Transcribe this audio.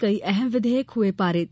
कई अहम विधेयक हुए पारित